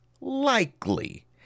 likely